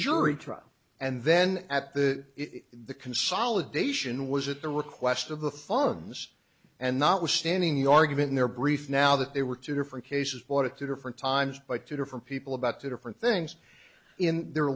jury trial and then at the the consolidation was at the request of the fun's and notwithstanding the argument in their brief now that there were two different cases wanted two different times by two different people about two different things in their